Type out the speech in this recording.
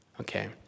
Okay